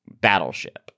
battleship